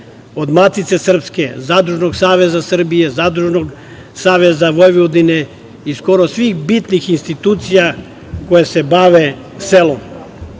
od Matice srpske, Zadružnog saveza Srbije, Zadružnog saveza Vojvodine i skoro svih bitnih institucija koje se bave selom.U